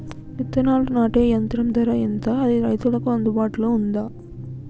విత్తనాలు నాటే యంత్రం ధర ఎంత అది రైతులకు అందుబాటులో ఉందా?